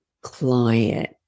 client